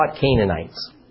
Canaanites